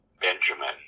Benjamin